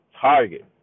target